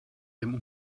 dem